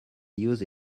use